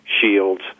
shields